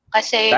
Kasi